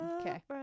okay